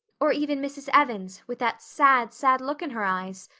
or even mrs. evans, with that sad, sad look in her eyes?